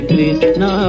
Krishna